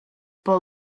but